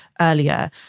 earlier